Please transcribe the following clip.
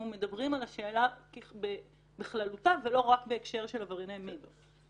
מדברים על השאלה בכללותה ולא רק בהקשר של עברייני מין.